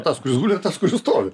tas kuris guli ar tas kuris stovi